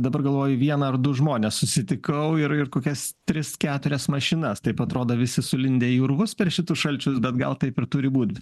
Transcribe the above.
dabar galvoju vieną ar du žmones susitikau ir ir kokias tris keturias mašinas taip atrodo visi sulindę į urvus per šituos šalčius bet gal taip ir turi būt